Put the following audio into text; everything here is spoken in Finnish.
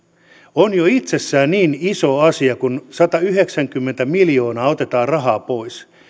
on jo itsessään niin iso asia kun satayhdeksänkymmentä miljoonaa otetaan rahaa pois